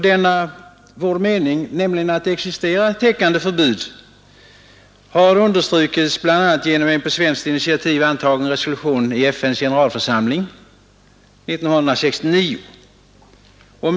Denna vår mening, nämligen att det existerar ett täckande förbud, har understrukits bl.a. genom en på svenskt initiativ antagen resolution i FN:s generalförsamling 1969.